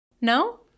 No